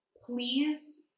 pleased